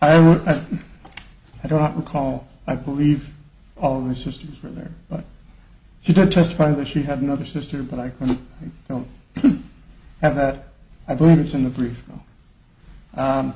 and i don't recall i believe all the systems were there but he did testify that she had another sister but i don't have that i believe it's in the